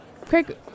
Craig